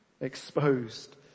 Exposed